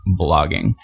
blogging